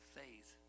faith